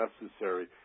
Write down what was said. necessary